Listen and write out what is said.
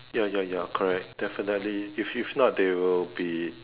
ya ya ya correct definitely if if not they will be